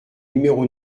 numéro